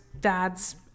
dad's